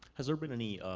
has there been any